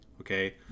okay